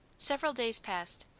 several days passed,